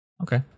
Okay